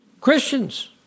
Christians